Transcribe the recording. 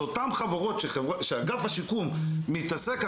אלה אותן חברות שאגף השיקום מתעסק איתן.